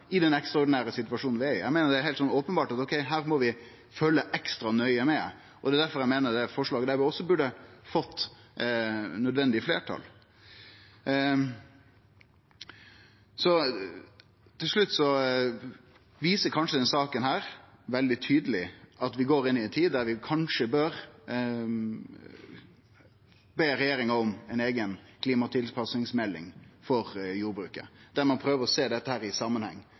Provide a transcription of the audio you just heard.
i den ekstraordinære situasjonen vi er i. Eg meiner at det er heilt openbert at vi her må følgje ekstra nøye med. Det er difor eg meiner at dette også er eit forslag vi burde fått fleirtal for. Til slutt: Denne saka viser veldig tydeleg at vi går inn i ei tid da vi kanskje bør be regjeringa om ei eiga klimatilpassingsmelding for jordbruket, der ein prøver å sjå dette i